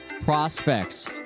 prospects